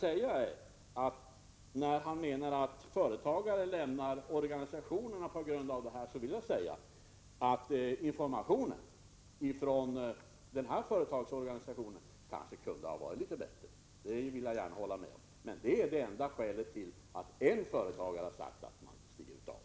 Men när Leif Marklund menar att företagare lämnar organisationerna på grund av detta, så vill jag säga att informationen från den här företagsorganisationen kanske kunde ha varit litet bättre — det vill jag gärna hålla med om. Det är dock det enda skälet till att en företagare har sagt att han stiger av.